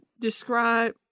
describe